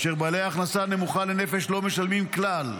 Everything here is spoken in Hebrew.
ובעלי הכנסה נמוכה לנפש לא משלמים כלל.